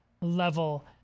level